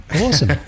awesome